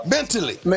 Mentally